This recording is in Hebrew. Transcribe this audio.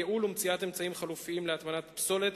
ייעול ומציאת אמצעים חלופיים להטמנת פסולת